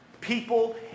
people